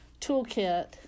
toolkit